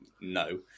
no